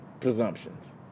presumptions